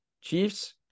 Chiefs